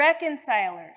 reconcilers